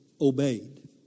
obeyed